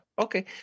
Okay